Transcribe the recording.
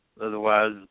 otherwise